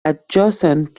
adjacent